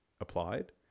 applied